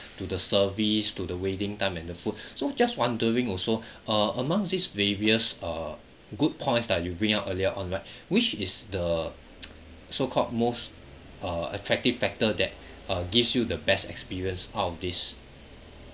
to the service to the waiting time and the food so just wondering also uh amongst these various uh good points like you bring out earlier on right which is the so called most uh attractive factor that uh gives you the best experience out of this